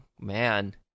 man